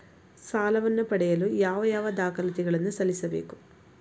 ಸಾಲವನ್ನು ಪಡೆಯಲು ಯಾವ ಯಾವ ದಾಖಲಾತಿ ಗಳನ್ನು ಸಲ್ಲಿಸಬೇಕು?